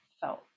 felt